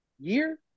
year